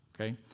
okay